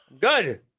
Good